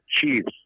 chiefs